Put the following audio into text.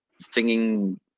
singing